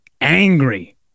angry